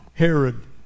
Herod